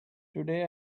today